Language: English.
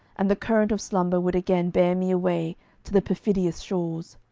and the current of slumber would again bear me away to the perfidious shores.